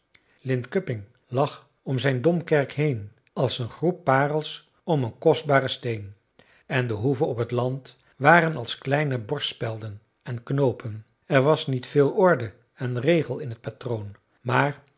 linköping lag om zijn domkerk heen als een groep parels om een kostbaren steen en de hoeven op het land waren als kleine borstspelden en knoopen er was niet veel orde en regel in t patroon maar